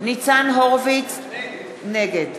ניצן הורוביץ, נגד